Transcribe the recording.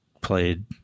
played